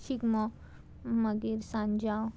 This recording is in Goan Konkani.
शिगमो मागीर सांज्यांव